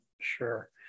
Sure